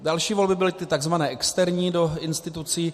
Další volby byly ty takzvané externí do institucí.